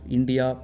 India